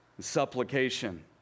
supplication